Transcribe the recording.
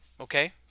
okay